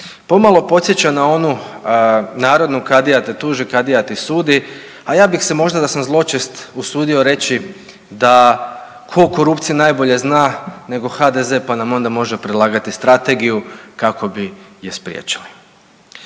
Pomalo podsjeća na onu narodnu, kadija te tuži, kadija ti sudi, a ja bi se možda da sam zločest usudio reći da tko o korupciji najbolje zna nego HDZ pa nam onda može predlagati strategiju kako bi je spriječili.